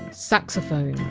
saxophone!